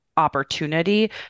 opportunity